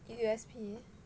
U_S_P